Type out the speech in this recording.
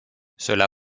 cela